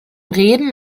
reden